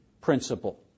principle